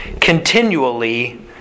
continually